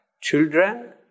children